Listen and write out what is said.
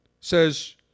says